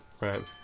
Right